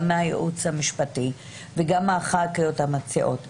גם הייעוץ המשפטי וגם חברות הכנסת המציעות נשב,